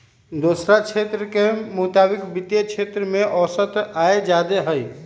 दोसरा क्षेत्र के मुकाबिले वित्तीय क्षेत्र में औसत आय जादे हई